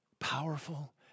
Powerful